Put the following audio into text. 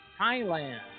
Thailand